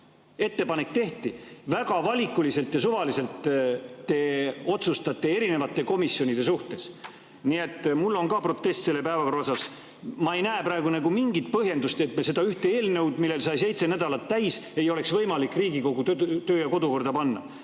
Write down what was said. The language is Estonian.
Ettepanek tehti! Väga valikuliselt ja suvaliselt otsustate erinevate komisjonide suhtes. Nii et mul on ka protest selle päevakorra kohta. Ma ei näe praegu mingit põhjendust, et seda ühte eelnõu, millel sai seitse nädalat täis, ei oleks võimalik Riigikogu [päeva]korda panna.